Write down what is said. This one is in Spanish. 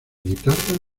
guitarra